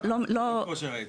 זה לא כושר הייצור.